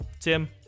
tim